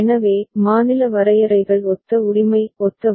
எனவே மாநில வரையறைகள் ஒத்த உரிமை ஒத்தவை